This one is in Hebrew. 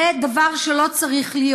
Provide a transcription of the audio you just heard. זה דבר שלא צריך להיות.